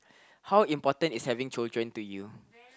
how important is having children to you